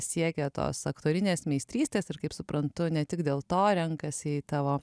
siekia tos aktorinės meistrystės ir kaip suprantu ne tik dėl to renkasi į tavo